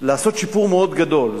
לעשות שיפור מאוד גדול.